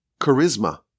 charisma